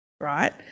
right